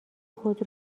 خود